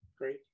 Great